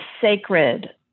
sacred